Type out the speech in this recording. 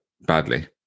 badly